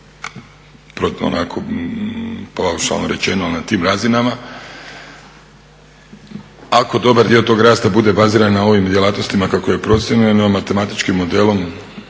onako … rečeno na tim razinama. Ako dobar dio tog rasta bude baziran na ovim djelatnostima kako je procijenjeno matematičkim modelom,